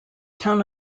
town